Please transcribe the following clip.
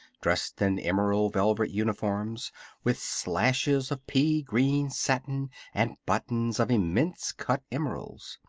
dressed in emerald velvet uniforms with slashes of pea-green satin and buttons of immense cut emeralds.